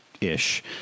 Ish